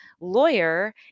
lawyer